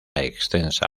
extensa